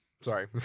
Sorry